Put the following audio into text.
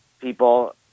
people